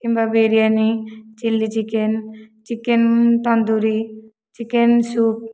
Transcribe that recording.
କିମ୍ବା biryani chilli chicken chicken tandoori chicken soup